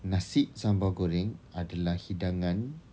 nasi sambal goreng adalah hidangan